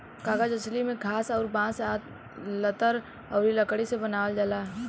कागज असली में घास अउर बांस आ लतर अउरी लकड़ी से बनावल जाला